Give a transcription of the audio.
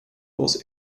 was